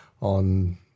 on